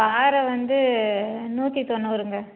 பாறை வந்து நூற்றி தொண்ணூறுங்க